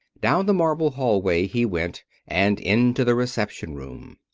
down the marble hallway he went and into the reception room.